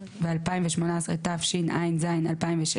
התשע"ו-2016,